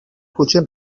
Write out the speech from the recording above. question